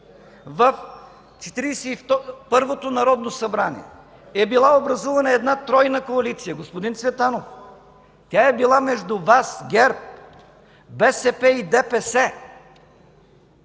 първото народно събрание е била образувана една тройна коалиция – господин Цветанов, тя е била между Вас – ГЕРБ, БСП и ДПС?